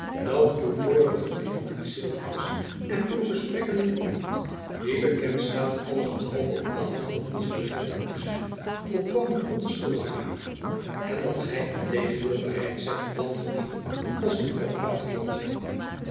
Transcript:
dat uw vorige brieven aan sylvius en uw gesprekken met iemand die bekend staat alles behalve op de hand van onze regenten te zijn volkomen onschuldig waren en dat gy integendeel bereid zijt het land te dienen als een vroom patriot